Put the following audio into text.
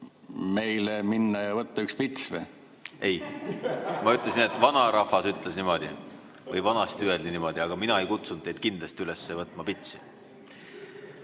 minna ja võtta üks pits? Ei. Ma ütlesin, et vanarahvas ütles niimoodi. Vanasti öeldi niimoodi, aga mina ei kutsunud teid kindlasti üles pitsi